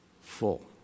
full